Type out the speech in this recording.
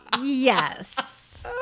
Yes